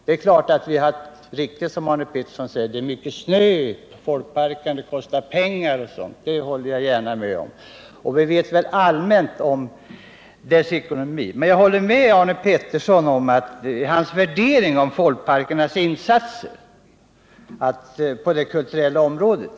Det är naturligtvis riktigt, som Arne Pettersson säger, att det har kommit mycket snö och att snöröjningen har kostat mycket pengar för folkparkerna. Det håller jag gärna med om. Folkparkernas ekonomi är väl allmänt känd. Jag håller till fullo med Arne Pettersson i hans värdering av folkparkernas insatser på det kulturella området.